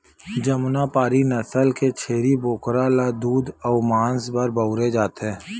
जमुनापारी नसल के छेरी बोकरा ल दूद अउ मांस बर बउरे जाथे